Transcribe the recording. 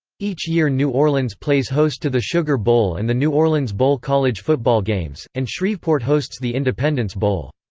each year new orleans plays host to the sugar bowl and the new orleans bowl college football games, and shreveport hosts the independence bowl.